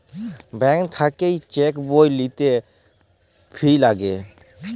bank থাক্যে cheque বই লিতে ফি লাগে